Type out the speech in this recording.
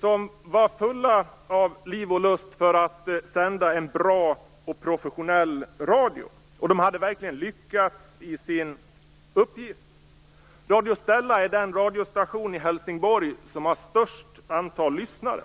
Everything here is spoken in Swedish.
De var fulla av lust att sända en bra och professionell radio, och de hade verkligen lyckats i sin uppgift. Radio Stella är den radiostation i Helsingborg som har störst antal lyssnare.